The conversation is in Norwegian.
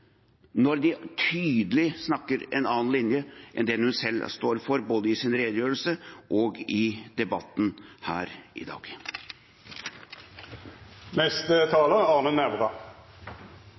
når de tydelig snakker for en annen linje enn den hun selv står for, både i sin redegjørelse og i debatten her i